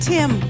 Tim